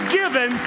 given